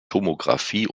tomographie